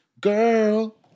Girl